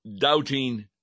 doubting